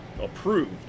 approved